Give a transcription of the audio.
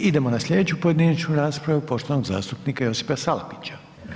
Idemo na sljedeću pojedinačnu raspravu poštovanog zastupnika Josipa Salapića.